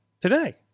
today